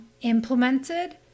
implemented